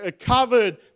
covered